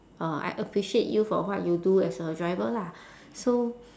uh I appreciate you for what you do as a driver lah so